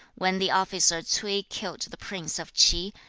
when the officer ch'ui killed the prince of ch'i,